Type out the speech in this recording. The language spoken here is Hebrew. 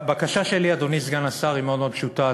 הבקשה שלי, אדוני סגן השר, היא מאוד מאוד פשוטה.